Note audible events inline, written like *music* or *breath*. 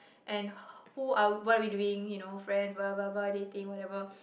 and *breath* who are what are we doing you know friends blah blah blah dating whatever